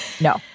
No